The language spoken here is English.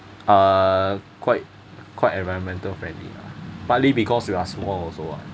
uh quite quite environmental friendly lah partly because we are small also ah